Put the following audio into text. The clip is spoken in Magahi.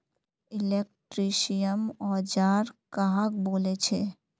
इलेक्ट्रीशियन औजार कहाक बोले छे?